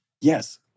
Yes